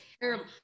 terrible